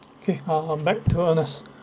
kay uh back to ernest